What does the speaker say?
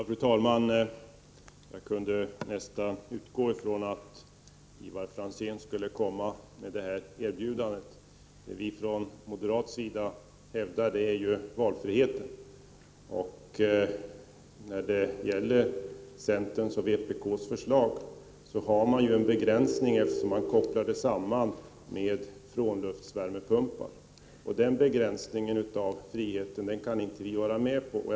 Fru talman! Jag kunde nästan utgå från att Ivar Franzén skulle komma med det här erbjudandet. Det vi från moderat sida hävdar är ju valfriheten. I centerns och vpk:s förslag har man en begränsning, eftersom man kopplar det samman med frånluftsvärmepumpar. Denna begränsning av friheten kan inte vi vara med om.